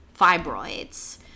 fibroids